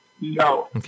No